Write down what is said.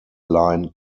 line